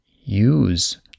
use